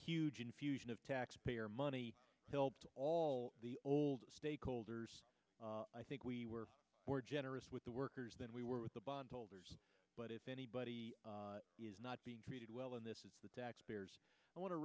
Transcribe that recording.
huge infusion of taxpayer money helped all the old stakeholders i think we were more generous with the workers than we were with the bondholders but if anybody is not being treated well and this is the taxpayers i wan